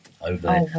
over